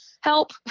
help